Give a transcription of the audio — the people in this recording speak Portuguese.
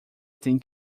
tem